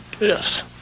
yes